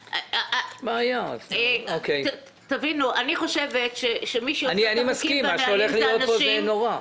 אני מסכים, מה שהולך להיות פה זה נורא.